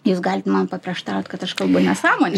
jūs galit man paprieštaraut kad aš kalbu nesąmones